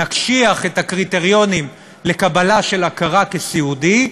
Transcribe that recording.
נקשיח את הקריטריונים לקבלה של הכרה כסיעודי,